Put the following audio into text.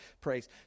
praise